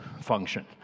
function